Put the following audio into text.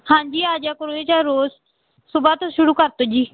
ਹਾਂਜੀ ਆ ਜਾਇਆ ਕਰੋ ਜੀ ਚਾਹੇ ਰੋਜ਼ ਸੁਬਾਹ ਤੋਂ ਸ਼ੁਰੂ ਕਰ ਦਿਓ ਜੀ